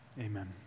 amen